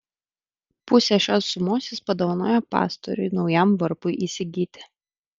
pusę šios sumos jis padovanojo pastoriui naujam varpui įsigyti